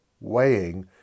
Weighing